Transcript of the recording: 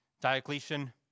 Diocletian